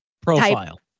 profile